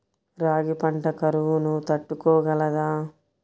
రాగి పంట కరువును తట్టుకోగలదా?